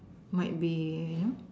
might be you know